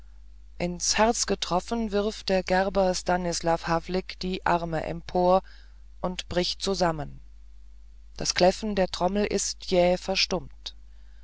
ins herz getroffen wirft der gerber stanislav havlik die arme empor und bricht zusammen das kläffen der trommel ist jäh verstummt